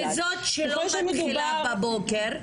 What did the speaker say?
וזאת שלא מתחילה בבוקר?